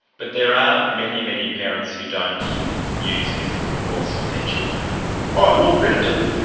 but there are many, many parents who don't use physical force on their children and all credit to them.